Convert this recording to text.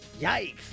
Yikes